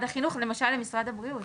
למשרד החינוך, למשל למשרד הבריאות?